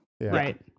Right